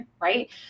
right